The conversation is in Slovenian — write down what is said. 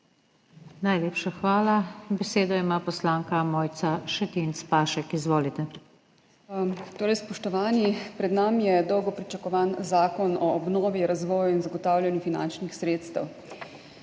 Najlepša hvala. Besedo ima poslanka Mojca Šetinc Pašek. Izvolite. **MOJCA ŠETINC PAŠEK (NeP-MŠP):** Spoštovani! Pred nami je dolgo pričakovan Zakon o obnovi, razvoju in zagotavljanju finančnih sredstev.